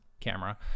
camera